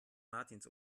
martins